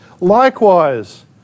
likewise